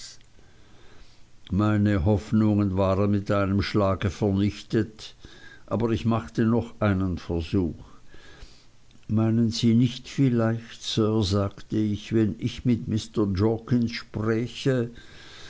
meine hoffnungen waren mit einem schlage vernichtet aber ich machte noch einen versuch meinen sie nicht vielleicht sir sagte ich wenn ich mit mr jorkins spräche